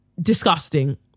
disgusting